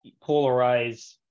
polarize